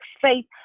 faith